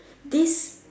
this